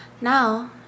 Now